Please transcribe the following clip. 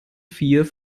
vier